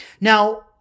Now